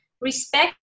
respect